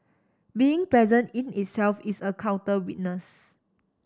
being present in itself is a counter witness